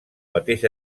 mateix